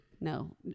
No